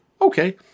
Okay